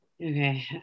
okay